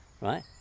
Right